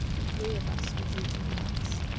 the three of us were due to relax.